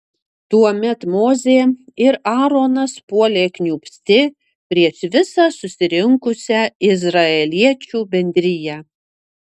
tuomet mozė ir aaronas puolė kniūbsti prieš visą susirinkusią izraeliečių bendriją